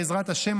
בעזרת השם,